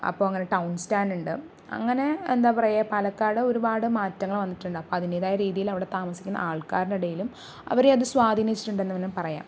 അപ്പോൾ അങ്ങനെ ടൗൺ സ്റ്റാൻഡുണ്ട് അങ്ങനെ എന്താ പറയുക പാലക്കാട് ഒരുപാട് മാറ്റങ്ങൾ വന്നിട്ടുണ്ട് അതിൻ്റേതായ രീതിയിൽ അവിടെ താമസിക്കുന്ന ആൾക്കാരുടെ ഇടയിലും അവരെ അത് സ്വാധീനിച്ചിട്ടുണ്ടെന്ന് വേണം പറയാൻ